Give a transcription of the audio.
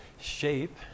shape